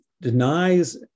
denies